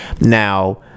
now